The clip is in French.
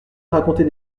raconter